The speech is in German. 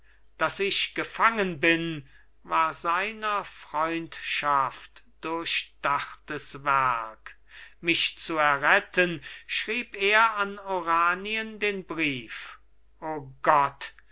daß ich gefangen bin war seiner freundschaft durchdachtes werk mich zu erretten schrieb er an oranien den brief o gott